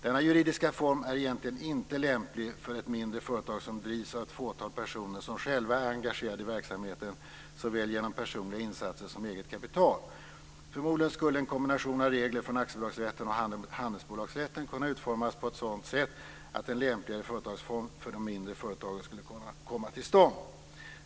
Denna juridiska form är egentligen inte lämplig för ett mindre företag som drivs av ett fåtal personer som själva är engagerade i verksamheten såväl genom personliga insatser som eget kapital. Förmodligen skulle en kombination av regler från aktiebolagsrätten och handelsbolagsrätten kunna utformas på ett sådant sätt att en lämpligare företagsform för det mindre företaget kunde komma till stånd.